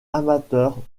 amateurs